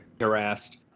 harassed